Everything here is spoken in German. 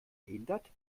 verhindert